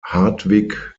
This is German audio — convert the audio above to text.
hartwig